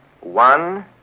one